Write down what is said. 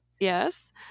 Yes